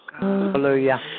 Hallelujah